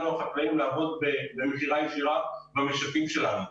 החקלאים לעבוד במכירה ישירה במשקים שלנו.